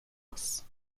oss